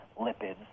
lipids